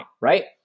right